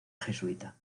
jesuita